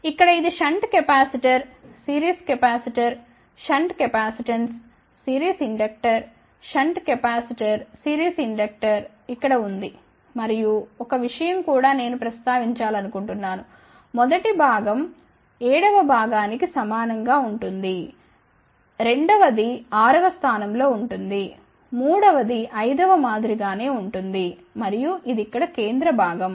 ఇక్కడ ఇది shunt capacitor series inductor shunt capacitance series inductor shunt capacitor series inductor ఇక్కడ ఉంది మరియు ఒక విషయం కూడా నేను ప్రస్తావించాలనుకుంటున్నాను మొదటి భాగం 7 వ భాగానికి సమానం గా ఉంటుంది రెండవ ది 6 వ స్థానం లో ఉంటుంది మూడవ ది 5 వ మాదిరి గానే ఉంటుంది మరియు ఇది ఇక్కడ కేంద్ర భాగం